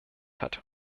hat